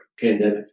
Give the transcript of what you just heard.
pandemic